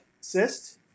cyst